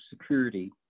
security